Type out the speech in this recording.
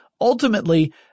ultimately